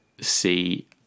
see